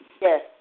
Yes